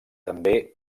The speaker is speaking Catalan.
també